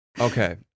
Okay